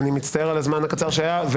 אני מצטער על הזמן הקצר שהיה.